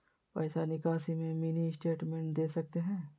पैसा निकासी में मिनी स्टेटमेंट दे सकते हैं?